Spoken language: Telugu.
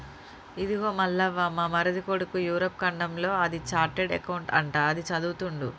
ఇదిగో మల్లవ్వ మా మరిది కొడుకు యూరప్ ఖండంలో అది చార్టెడ్ అకౌంట్ అంట అది చదువుతుండు